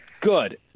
Good